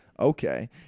Okay